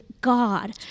God